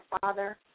father